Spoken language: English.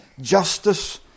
justice